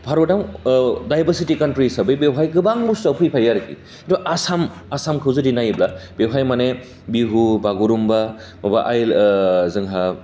भारतआव diversity country हिसाबै बेहाय गोबां बुस्थुआ फैफायो आरोखि खिन्थु आसाम आसामखौ जुदि नायोब्ला बेवहाय माने बिहु बागुरुम्बा माबा आइ जोंहा